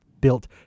built